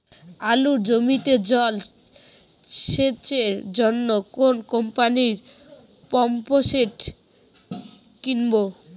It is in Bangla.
আলুর জমিতে জল সেচের জন্য কোন কোম্পানির পাম্পসেট কিনব?